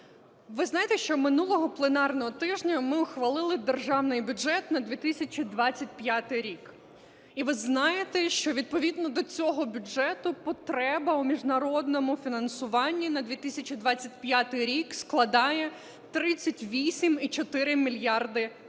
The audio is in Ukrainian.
Ви знаєте, що минулого пленарного тижня ми ухвалили Державний бюджет на 2025 рік, і ви знаєте, що відповідно до цього бюджету потреба у міжнародному фінансуванні на 2025 рік складає 38,4 мільярда доларів